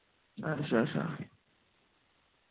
अच्छा अच्छा